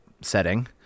setting